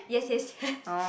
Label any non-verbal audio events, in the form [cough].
yes yes yes [breath]